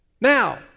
Now